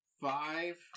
five